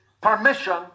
permission